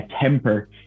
temper